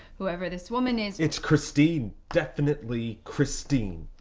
whoever this woman is it's christine, definitely christine.